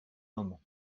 moment